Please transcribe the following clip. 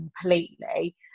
completely